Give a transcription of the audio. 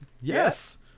yes